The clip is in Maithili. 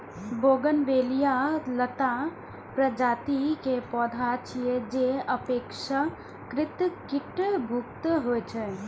बोगनवेलिया लता प्रजाति के पौधा छियै, जे अपेक्षाकृत कीट मुक्त होइ छै